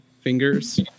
fingers